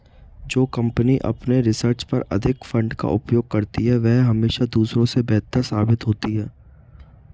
जो कंपनी अपने रिसर्च पर अधिक फंड का उपयोग करती है वह हमेशा दूसरों से बेहतर साबित होती है